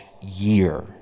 year